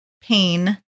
pain